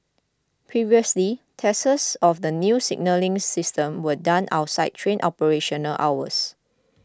previously tests of the new signalling system were done outside train operational hours